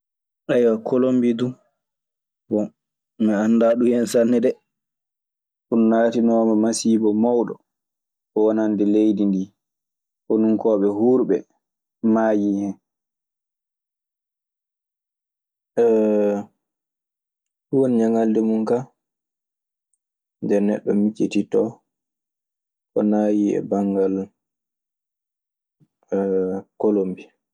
Kolombi dun mi anda dun hen sanne ɗe. Kaa jooni non, fenataa e wiide Kolombii du ana jogii jon kaa jimi muuɗun, bome muuɗun kertanaaɗi ɗun kañun du. Ɗun woni ñaŋalde mun ka nde neɗɗo micitittoo ko naayi e banngal Kolombi.